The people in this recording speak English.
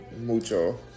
mucho